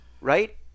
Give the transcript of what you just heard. right